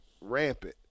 rampant